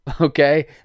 Okay